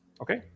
Okay